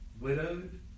widowed